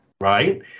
right